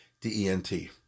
D-E-N-T